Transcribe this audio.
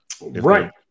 right